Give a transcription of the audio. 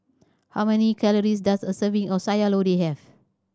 how many calories does a serving of Sayur Lodeh have